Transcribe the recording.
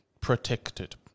protected